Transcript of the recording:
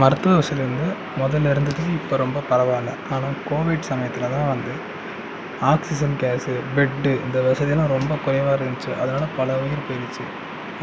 மருத்துவ வசதி வந்து முதல்ல இருந்தது இப்போ ரொம்ப பரவா இல்ல ஆனா கோவிட் சமயத்தில்தான் வந்து ஆக்சிஜன் கேசு பெட்டு இந்த வசதி எல்லாம் ரொம்ப குறைவாக இருந்துச்சு அதனால பல உயிர் போயிடுச்சு